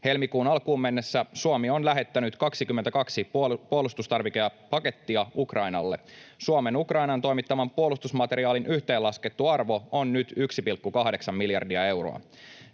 Helmikuun alkuun mennessä Suomi on lähettänyt 22 puolustustarvikepakettia Ukrainalle. Suomen Ukrainaan toimittaman puolustusmateriaalin yhteenlaskettu arvo on nyt 1,8 miljardia euroa.